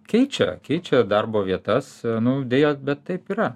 keičia keičia ir darbo vietas nu deja bet taip yra